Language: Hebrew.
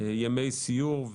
ימי סיור.